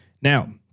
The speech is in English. Now